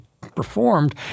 performed